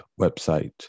website